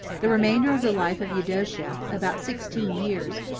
the remainder of the life of eudocia, about sixteen years,